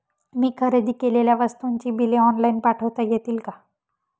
मी खरेदी केलेल्या वस्तूंची बिले ऑनलाइन पाठवता येतील का?